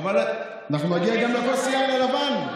אנחנו נגיע גם לכוס היין הלבן.